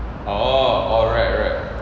oh oh right right